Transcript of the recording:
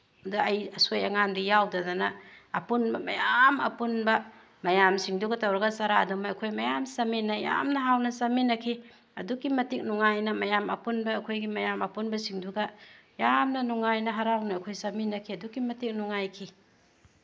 ꯑꯗ ꯑꯩ ꯑꯁꯣꯏ ꯑꯉꯥꯝꯗꯤ ꯌꯥꯎꯗꯗꯅ ꯑꯄꯨꯟꯕ ꯃꯌꯥꯝ ꯑꯄꯨꯟꯕ ꯃꯌꯥꯝꯁꯤꯡꯗꯨꯒ ꯇꯧꯔꯒ ꯆꯔꯥ ꯑꯗꯨꯃ ꯑꯩꯈꯣꯏ ꯃꯌꯥꯝ ꯆꯥꯃꯤꯟꯅꯩ ꯌꯥꯝꯅ ꯍꯥꯎꯅ ꯆꯥꯃꯤꯟꯅꯈꯤ ꯑꯗꯨꯛꯀꯤ ꯃꯇꯤꯛ ꯅꯨꯡꯉꯥꯏꯅ ꯃꯌꯥꯝ ꯑꯄꯨꯟꯕ ꯑꯩꯈꯣꯏꯒꯤ ꯃꯌꯥꯝ ꯑꯄꯨꯟꯕꯁꯤꯡꯗꯨꯒ ꯌꯥꯝꯅ ꯅꯨꯡꯉꯥꯏꯅ ꯍꯔꯥꯎꯅ ꯑꯩꯈꯣꯏ ꯆꯥꯃꯤꯟꯅꯈꯤ ꯑꯗꯨꯛꯀꯤ ꯃꯇꯤꯛ ꯅꯨꯡꯉꯥꯏꯈꯤ